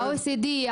ה-OECD?